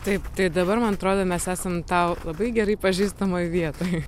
taip tai dabar man atrodo mes esam tau labai gerai pažįstamoj vietoj